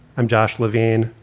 i'm josh levine.